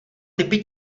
typy